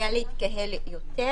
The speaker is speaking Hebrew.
"זה להשאיר",